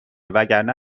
وگرنه